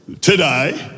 today